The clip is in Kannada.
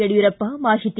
ಯಡಿಯೂರಪ್ಪ ಮಾಹಿತಿ